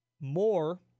more